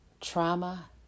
trauma